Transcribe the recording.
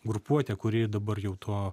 grupuotė kuri dabar jau tuo